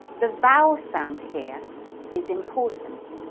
the vowel sound here is important.